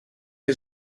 had